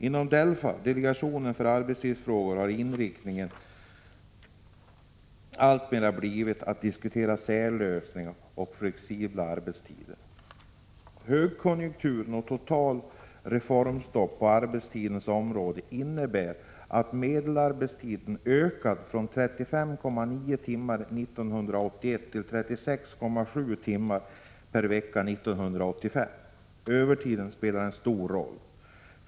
Inom DELFA -— delegationen för arbetstidsfrågor — har inriktningen alltmer blivit att diskutera särlösningar och flexibla arbetstider. Högkonjunkturen och ett totalt reformstopp på arbetstidens område har inneburit att medelarbetstiden ökat från 35,9 timmar per vecka 1981 till 36,7 timmar per vecka 1985. Övertiden spelar en stor roll.